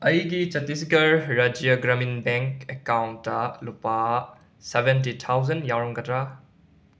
ꯑꯩꯒꯤ Chhattisgarh Rajya Gramin bank account ꯂꯨꯄꯥ seventy thousand ꯌꯥꯎꯔꯝꯒꯗ꯭ꯔ